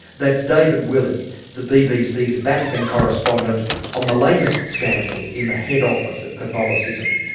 that's david willey the bbc's vatican correspondent on the latest scandal in the head office of catholicism.